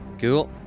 Cool